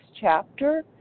chapter